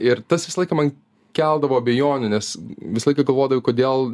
ir tas visą laiką man keldavo abejonių nes visą laiką galvodavai kodėl